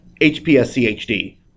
HPSCHD